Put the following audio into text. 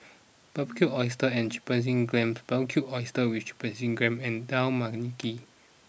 Barbecued Oysters and Chipotle Glaze Barbecued Oysters with Chipotle Glaze and Dal Makhani